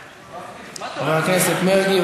חבר הכנסת מרגי,